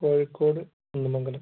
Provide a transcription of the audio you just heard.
Kozhikode Kunnamangalam